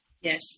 Yes